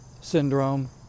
syndrome